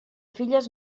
filles